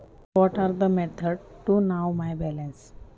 माझी शिल्लक रक्कम जाणून घेण्यासाठी कोणकोणत्या पद्धती आहेत?